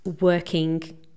working